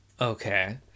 Okay